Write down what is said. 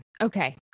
Okay